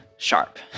Sharp